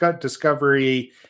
discovery